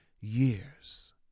years